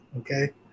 Okay